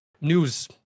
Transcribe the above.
news